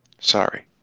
Sorry